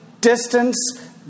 distance